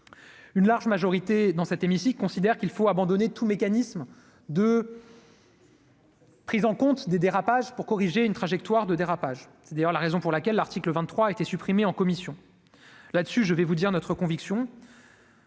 une large majorité, dans cet hémicycle, considère qu'il faut abandonner tout mécanisme de. Prise en compte des dérapages pour corriger une trajectoire de dérapage, c'est d'ailleurs la raison pour laquelle l'article 23 été supprimé en commission là dessus, je vais vous dire notre conviction.